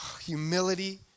humility